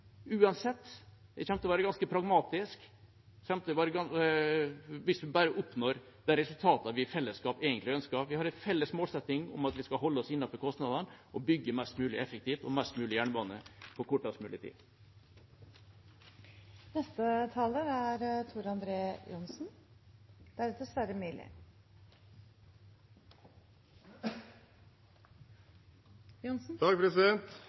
Uansett – jeg kommer til å være ganske pragmatisk hvis vi bare oppnår de resultatene vi i fellesskap egentlig ønsker. Vi har en felles målsetting om at vi skal holde oss innenfor kostnadene og bygge mest mulig effektivt og mest mulig jernbane på kortest mulig tid. Det er